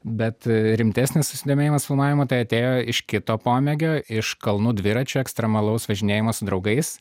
bet rimtesnis susidomėjimas filmavimu tai atėjo iš kito pomėgio iš kalnų dviračių ekstremalaus važinėjimo su draugais